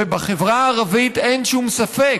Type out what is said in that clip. ובחברה הערבית אין שום ספק